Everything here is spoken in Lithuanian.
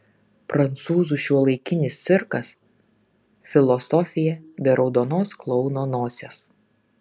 prancūzų šiuolaikinis cirkas filosofija be raudonos klouno nosies